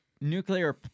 Nuclear